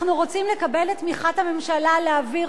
אנחנו רוצים לקבל את תמיכת הממשלה להעביר